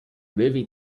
movie